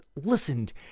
listened